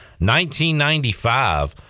1995